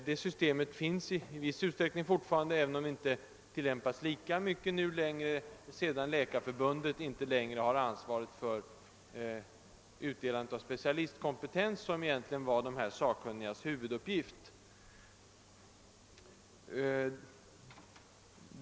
Detta system förekommer fortfarande i viss utsträckning, trots att Läkarförbundet numera upphört att ha ansvaret för utdelande av specialistkompetens, vilket var dessa sakkunnigas huvuduppgift.